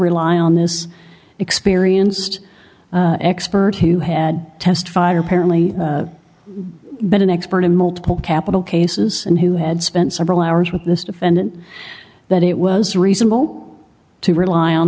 rely on this experienced expert who had testified apparently been an expert in multiple capital cases and who had spent several hours with this defendant that it was reasonable to rely on